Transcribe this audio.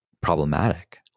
problematic